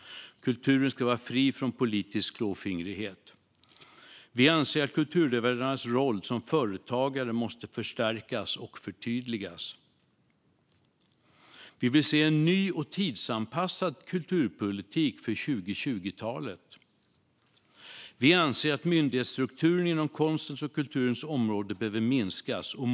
Kulturen ska vara fri från politisk klåfingrighet. Vi anser att kulturutövarnas roll som företagare måste förstärkas och förtydligas. Vi vill se en ny och tidsanpassad kulturpolitik för 2020-talet. Vi anser att myndighetsstrukturen inom konstens och kulturens område behöver minskas.